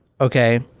okay